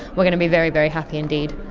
we are going to be very, very happy indeed.